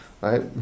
right